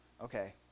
okay